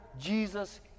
Jesus